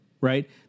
right